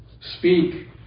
speak